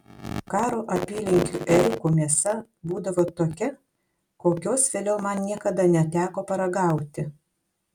karo apylinkių ėriukų mėsa būdavo tokia kokios vėliau man niekada neteko paragauti